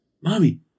Mommy